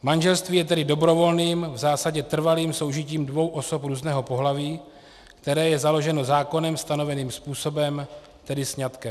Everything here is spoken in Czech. Manželství je tedy dobrovolným, v zásadě trvalým soužitím dvou osob různého pohlaví, které je založeno zákonem stanoveným způsobem, tedy sňatkem.